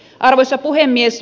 arvoisa puhemies